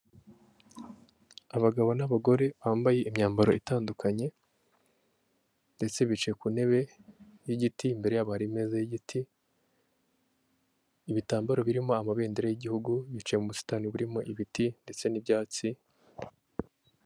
Abagabo n'abagore bambaye imyambaro itandukanye ndetse bicaye ku ntebe y'igiti, imbere yabo hari imeza y'igiti, ibitambaro birimo amabendera y'igihugu, bicaye mu busitani burimo ibiti ndetse n'ibyatsi.